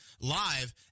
live